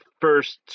first